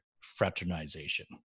fraternization